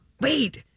Wait